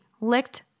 licked